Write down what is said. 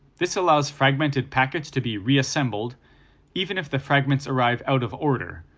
this allows fragmented packets to be reassembled even if the fragments arrive out of order,